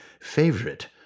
favorite